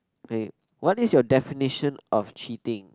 hey what is your definition of cheating